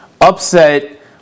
upset